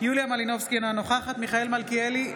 יוליה מלינובסקי, אינה נוכחת מיכאל מלכיאלי,